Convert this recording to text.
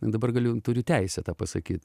dabar galiu turiu teisę tą pasakyt